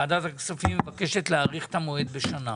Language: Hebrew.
ועדת הכספים מבקשת להאריך את המועד בשנה.